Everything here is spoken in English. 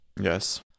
yes